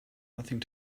nothing